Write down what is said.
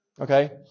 Okay